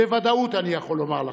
בוודאות אני יכול לומר לכם: